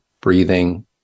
breathing